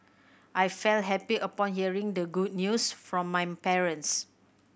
I felt happy upon hearing the good news from my parents